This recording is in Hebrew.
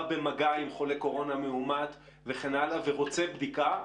במגע עם חולה קורונה מאומת וכן הלאה ורוצה בדיקה.